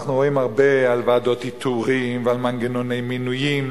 אנחנו רואים הרבה על ועדות איתורים ועל מנגנוני מינויים